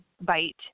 bite